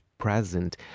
present